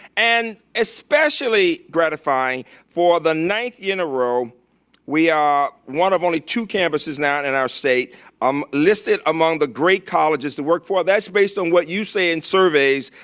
and especially gratifying for the ninth year in a row we are one of only two campuses now in our state um listed among the great colleges to work for. that's based on what you say in surveys.